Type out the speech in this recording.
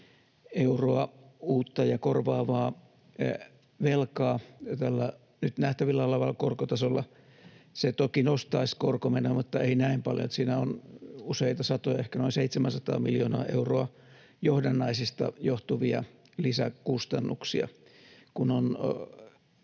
euroa uutta ja korvaavaa velkaa tällä nyt nähtävillä olevalla korkotasolla, se toki nostaisi korkomenoja, mutta ei näin paljon, vaan siinä on useita satoja, ehkä noin 700 miljoonaa euroa johdannaisista johtuvia lisäkustannuksia.